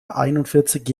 einundvierzig